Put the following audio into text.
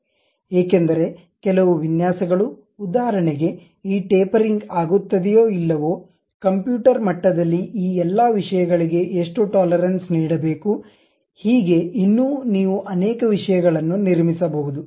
ಏಕೆಂದರೆ ಕೆಲವು ವಿನ್ಯಾಸಗಳು ಉದಾಹರಣೆಗೆ ಈ ಟೇಪರಿಂಗ್ ಆಗುತ್ತದೆಯೋ ಇಲ್ಲವೋ ಕಂಪ್ಯೂಟರ್ ಮಟ್ಟದಲ್ಲಿ ಈ ಎಲ್ಲ ವಿಷಯಗಳಿಗೆ ಎಷ್ಟು ಟೊಲರೆನ್ಸ್ ನೀಡಬೇಕು ಹೀಗೆ ಇನ್ನೂ ನೀವು ಅನೇಕ ವಿಷಯಗಳನ್ನು ನಿರ್ಮಿಸಬಹುದು